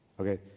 Okay